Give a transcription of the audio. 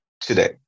today